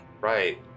right